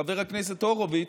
חבר הכנסת הורוביץ.